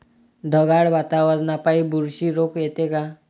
ढगाळ वातावरनापाई बुरशी रोग येते का?